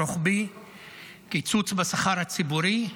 קיצוץ בשכר הציבורי,